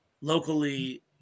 locally